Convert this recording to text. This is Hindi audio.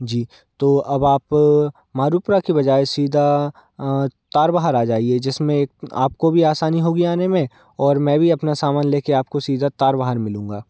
जी तो अब आप मारुपुरा की बजाय सीधा तारबहार आ जाइए जिसमें एक आपको भी आसानी होगी आने में और मैं भी अपना सामान लेके आपको सीधा तारबहार मिलूँगा